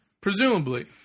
Presumably